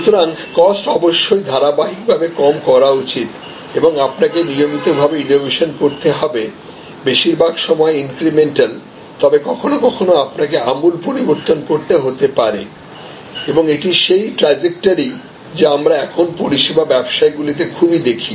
সুতরাংকস্ট অবশ্যই ধারাবাহিকভাবে কম করা উচিত এবং আপনাকে নিয়মিতভাবে ইনোভেশন করতে হবে বেশিরভাগ সময় ইনক্রিমেন্টাল তবে কখনও কখনও আপনাকে আমূল পরিবর্তন করতে হতে পারে এবং এটি সেই ট্র্যাজেক্টোরি যা আমরা এখন পরিষেবা ব্যবসায়গুলিতে খুবই দেখি